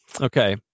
okay